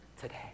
today